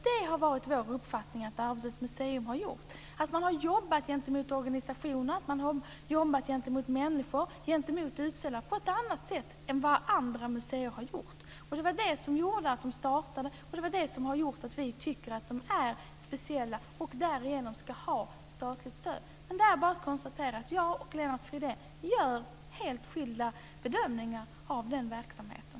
Det har varit vår uppfattning att Arbetets museum gjort just detta. Man har jobbat gentemot organisationer, människor och utställare på ett annat sätt än vad andra museer har gjort. Det var det som gjorde att man startade, och det är det som gör att vi tycker att museet är speciellt och därigenom ska ha statligt stöd. Men det är bara att konstatera: Jag och Lennart Fridén gör helt skilda bedömningar av den verksamheten.